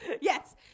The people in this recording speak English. Yes